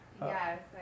Yes